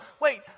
wait